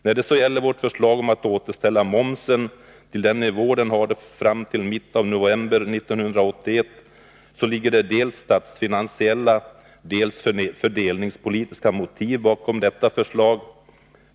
När det så gäller vårt förslag om att återställa momsen till den nivå den hade fram till mitten av november 1981, ligger det dels statsfinansiella, dels fördelningspolitiska motiv bakom detta förslag.